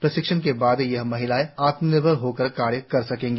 प्रशिक्षण के बाद यह महिलाएं आत्मनिर्भर होकर कार्य कर सकेंगी